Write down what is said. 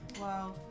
Wow